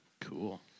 Cool